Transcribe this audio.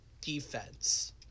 Defense